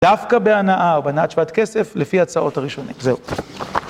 דווקא בהנאה או בנאה תשבת כסף, לפי הצעות הראשונות. זהו.